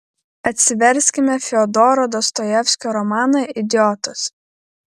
atsiverskime fiodoro dostojevskio romaną idiotas